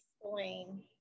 Explain